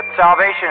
salvation